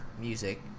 music